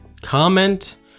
comment